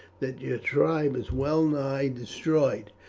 that your tribe is well nigh destroyed,